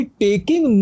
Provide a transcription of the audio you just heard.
taking